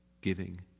giving